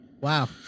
Wow